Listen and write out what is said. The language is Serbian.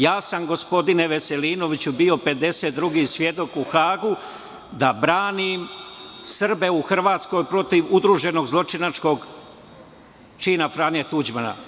Ja sam, gospodine Veselinoviću, bio 52. svedok u Hagu, da branim Srbe u Hrvatskoj protiv udruženog zločinačkog čina Franje Tuđmana.